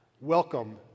Welcome